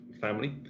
family